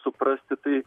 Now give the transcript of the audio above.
suprasti tai